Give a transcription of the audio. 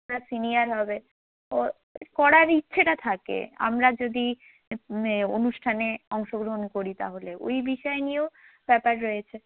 তারা সিনিয়ার হবে তো করার ইচ্ছেটা থাকে আমরা যদি অনুষ্ঠানে অংশগ্রহণ করি তাহলে ওই বিষয় নিয়েও ব্যাপার রয়েছে